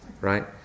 right